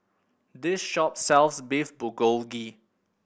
this shop sells Beef Bulgogi